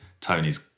Tony's